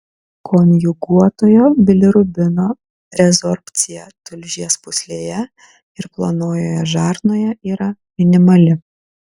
konjuguotojo bilirubino rezorbcija tulžies pūslėje ir plonojoje žarnoje yra minimali